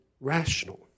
rational